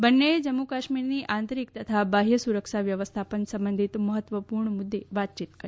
બંનેએ જમ્મુ કાશ્મીરની આંતરિક તથા બાહ્ય સુરક્ષા વ્યવસ્થાપન સંબંધિત મહત્વપૂર્ણ મુદ્દે વાતચીત કરી